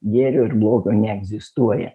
gėrio ir blogio neegzistuoja